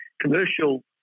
Commercial